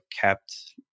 kept